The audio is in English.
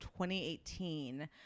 2018